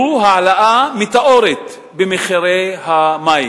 והוא העלאה מטאורית של מחירי המים.